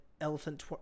elephant